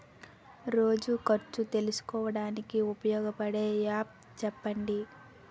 రోజు ఖర్చు తెలుసుకోవడానికి ఉపయోగపడే యాప్ చెప్పండీ?